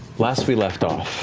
last we left off,